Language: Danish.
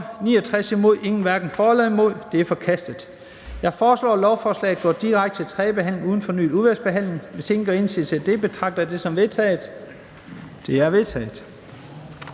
med undtagelse af NB)? De er vedtaget. Jeg foreslår, at lovforslaget går direkte til tredje behandling uden fornyet udvalgsbehandling. Hvis ingen gør indsigelse, betragter jeg det som vedtaget. Det er vedtaget.